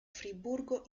friburgo